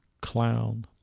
clown